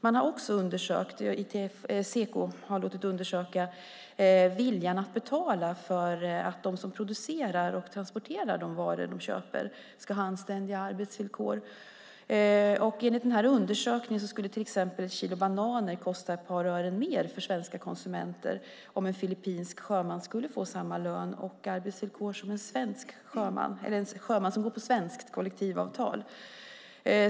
Seko har också låtit undersöka viljan att betala för att de som producerar och transporterar de varor vi köper ska ha anständiga arbetsvillkor. Enligt undersökningen skulle till exempel ett kilo bananer kosta ett par öre mer för svenska konsumenter om en filippinsk sjöman skulle få samma lön och arbetsvillkor som en sjöman som går på svenskt kollektivavtal.